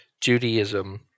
Judaism